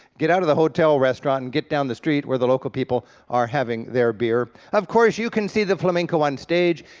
get out of the hotel restaurant, and get down the street where the local people are having their beer. of course you can see the flamenco on stage,